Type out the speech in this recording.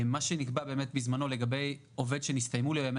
מה שנקבע בזמנו לגבי עובד שנסתיימה מכסת ימי